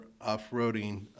off-roading